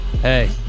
Hey